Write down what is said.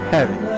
Heavy